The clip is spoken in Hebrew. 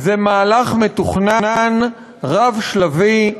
זה מהלך מתוכנן, רב-שלבי,